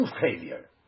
failure